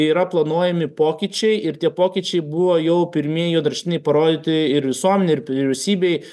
yra planuojami pokyčiai ir tie pokyčiai buvo jau pirmieji juodraštiniai parodyti ir visuomenei ir vyriausybei